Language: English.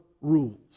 rules